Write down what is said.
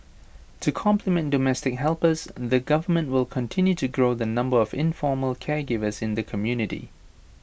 to complement domestic helpers the government will continue to grow the number of informal caregivers in the community